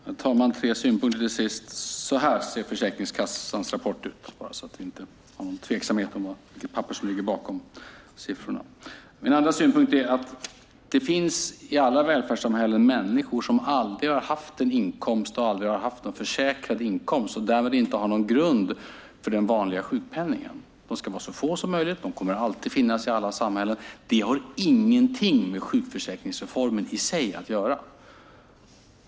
Herr talman! Jag har tre kommentarer. Så här ser Försäkringskassans rapport ut. Jag visar den för att det inte ska råda någon tvekan om vilket papper som ligger bakom siffrorna. I alla välfärdssamhällen finns det människor som aldrig har haft en inkomst, aldrig har haft en försäkrad inkomst. Därmed har de ingen grund för den vanliga sjukpenningen. De ska vara så få som möjligt. De kommer alltid att finnas i alla samhällen. Det har ingenting med sjukförsäkringsreformen i sig att göra.